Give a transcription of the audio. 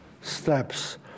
steps